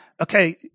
Okay